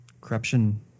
Corruption